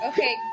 Okay